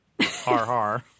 Har-har